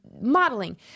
modeling